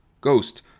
Ghost